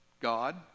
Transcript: God